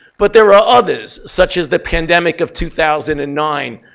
but there are others, such as the pandemic of two thousand and nine,